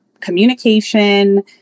communication